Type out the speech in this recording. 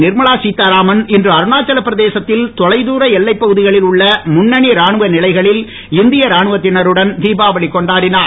நிர்மலா சீத்தாராமன் இன்று அருணாச்சலப் பிரதேசத்தில் தொலைதூர எல்லைப் பகுதிகளில் உள்ள முன்னனி ராணுவ நிலைகளில் இந்திய ராணுவத்தினருடன் திபாவளி கொண்டாடினார்